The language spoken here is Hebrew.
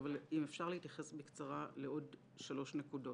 אבל אפשר להתייחס בקצרה לעוד שלוש נקודות: